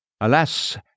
Alas